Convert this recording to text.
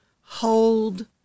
hold